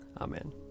Amen